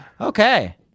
Okay